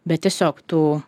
bet tiesiog tu